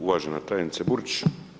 Uvažena tajnice Burić.